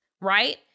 right